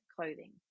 clothing